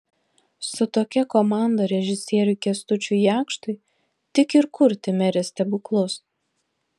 su tokia komanda režisieriui kęstučiui jakštui tik ir kurti merės stebuklus